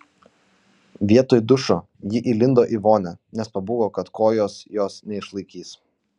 vietoj dušo ji įlindo į vonią nes pabūgo kad kojos jos neišlaikys